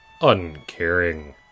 uncaring